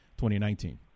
2019